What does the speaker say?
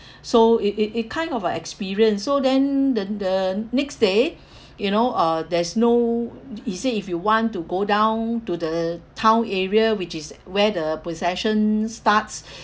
so it it it kind of a experience so then then the next day you know uh there's no he said if you want to go down to the town area which is where the possession starts